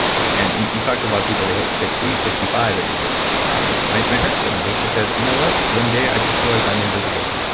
and you talk to a lot of people, they hit sixty, sixty five and my my parents told me, they said, you know what, one day i just realized i'm invisible.